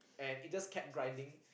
and it just kept grinding